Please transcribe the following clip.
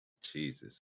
Jesus